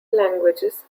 languages